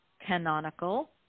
canonical